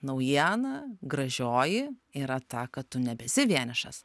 naujiena gražioji yra ta kad tu nebesi vienišas